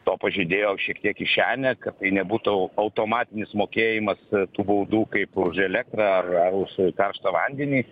to pažeidėjo šiek tiek kišenę kad tai nebūtų au automatinis mokėjimas tų baudų kaip už elektrą ar ar už karštą vandenį